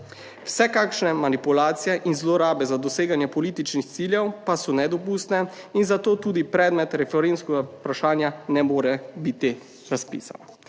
Vse kakšne manipulacije in zlorabe za doseganje političnih ciljev pa so nedopustne in zato tudi predmet referendumskega vprašanja ne more biti razpisan.